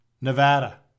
Nevada